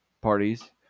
parties